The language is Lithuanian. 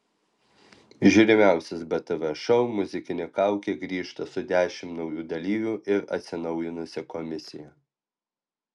žiūrimiausias btv šou muzikinė kaukė grįžta su dešimt naujų dalyvių ir atsinaujinusia komisija